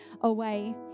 away